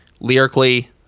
lyrically